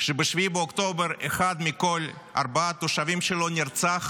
שב-7 באוקטובר אחד מכל ארבעה תושבים שלו נרצח